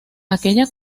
aquella